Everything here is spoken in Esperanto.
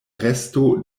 resto